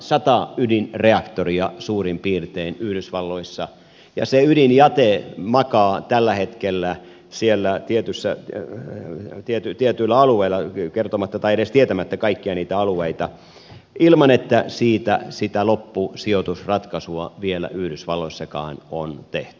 sata ydinreaktoria suurin piirtein yhdysvalloissa ja se ydinjäte makaa tällä hetkellä siellä tietyillä alueilla kertomatta tai edes tietämättä kaikkia niitä alueita ilman että siitä sitä loppusijoitusratkaisua vielä yhdysvalloissakaan on tehty